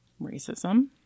racism